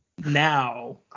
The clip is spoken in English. now